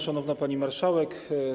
Szanowna Pani Marszałek!